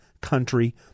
country